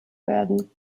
werden